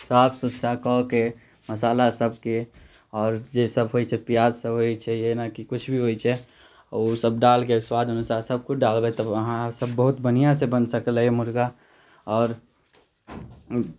साफ सुथरा कऽके मसाला सभकेँ आओर जे सभ होइत छै प्याज सभ होइत छै जेना कि किछु भी होइत छै ओ सभ डालके स्वाद अनुसार सभ किछु डालबै तब अहाँ से बहुत बढ़िआँ से बन सकलै मुर्गा आओर